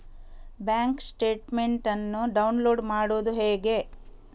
Bank statement ಅನ್ನು download ಮಾಡುವುದು ಹೇಗೆ?